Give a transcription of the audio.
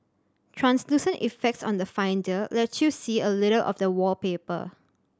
translucent effects on the Finder let you see a little of the wallpaper